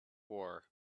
war